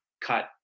cut